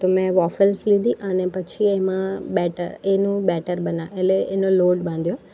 તો મેં વોફેલ્સ લીધી અને પછી એમાં એનું બેટર બના એટલે એનો લોટ બાંધ્યો